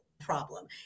problem